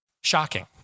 Shocking